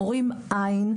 מורים אין.